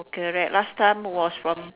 okay right last time was from